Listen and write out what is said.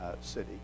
city